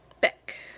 back